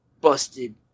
busted